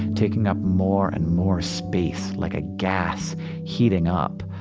taking up more and more space like a gas heating up.